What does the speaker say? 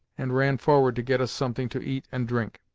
and ran forward to get us something to eat and drink.